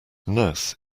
nurse